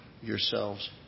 yourselves